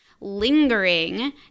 lingering